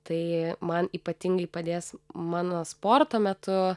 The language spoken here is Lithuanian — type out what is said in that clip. tai man ypatingai padės mano sporto metu